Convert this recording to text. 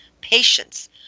patience